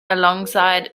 alongside